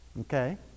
Okay